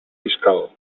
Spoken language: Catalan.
fiscal